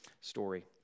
story